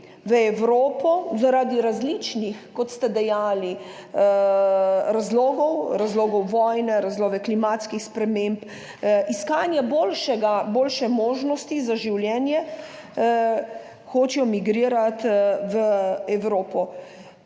v Evropo, zaradi različnih, kot ste dejali, razlogov vojne, razloge klimatskih sprememb, iskanje boljšega, boljše možnosti za življenje hočejo migrirati v Evropo